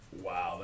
Wow